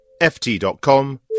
ft.com